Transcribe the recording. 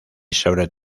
sobre